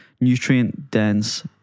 nutrient-dense